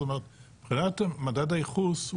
זאת אומרת מבחינת מדד הייחוס,